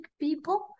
people